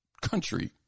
country